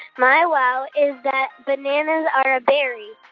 my wow is that bananas are a berry.